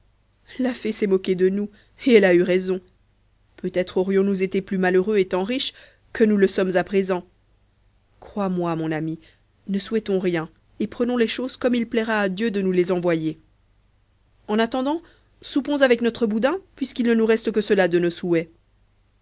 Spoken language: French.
la fée s'est moquée de nous et elle a eu raison peut-être aurions-nous été plus malheureux étant riches que nous ne le sommes à présent crois-moi mon ami ne souhaitons rien et prenons les choses comme il plaira à dieu de nous les envoyer en attendant soupons avec notre boudin puisqu'il ne nous reste que cela de nos souhaits